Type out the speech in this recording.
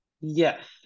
Yes